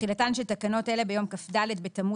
תחילה תחילתן של תקנות אלה ביום כ"ד בתמוז